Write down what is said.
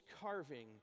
carving